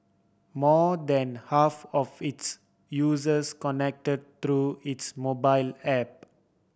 more than half of its users connect through its mobile app